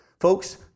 Folks